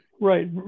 Right